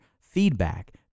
feedback